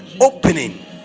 opening